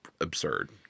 absurd